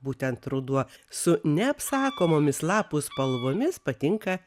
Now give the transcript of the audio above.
būtent ruduo su neapsakomomis lapų spalvomis patinka